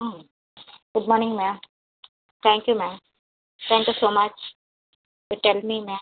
ம் good morning ma'am thank you ma'am thank you so much tell me ma'am